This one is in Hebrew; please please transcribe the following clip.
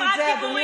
אתם, רק דיבורים.